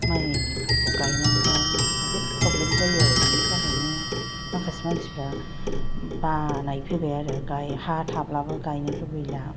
माइफोरखौ गायनांगौआ बहुद प्रब्लेम जायो आरो बेनिखायनो माखासे मानसिफ्रा बानाय फैबाय आरो गाय हा थाब्लाबो गायनो लुगैला